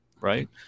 right